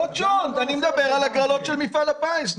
לא צ'ולנט, אני מדבר על הגרלות של מפעל הפיס.